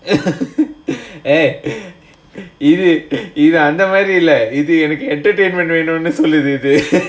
eh இது அந்த மாதிரி இல்ல:idhu andha maadhiri illa